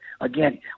Again